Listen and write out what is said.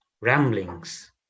ramblings